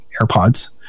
AirPods